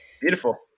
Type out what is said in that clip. Beautiful